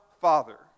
Father